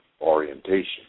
orientation